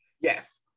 Yes